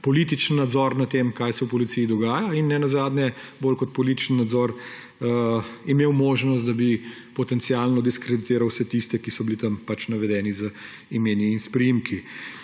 političen nadzor nad tem, kaj se v policiji dogaja, in nenazadnje bolj kot političen nadzor imel možnost, da bi potencialno diskreditiral vse tiste, ki so bili tam navedeni z imeni in priimki.